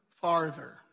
farther